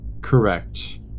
Correct